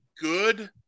good